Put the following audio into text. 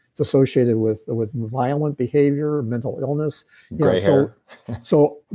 it's associated with with violent behavior, mental illness gray hair so,